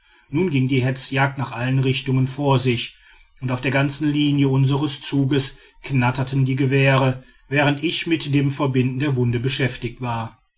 nun ging die hetzjagd nach allen richtungen vor sich und auf der ganzen linie unseren zuges knatterten die gewehre während ich mit dem verbinden der wunde beschäftigt war